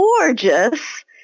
gorgeous